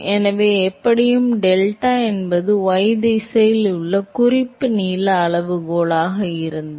எனவே எப்படியும் டெல்டா என்பது y திசையில் உள்ள குறிப்பு நீள அளவுகோலாக இருந்தால்